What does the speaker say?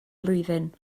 blwyddyn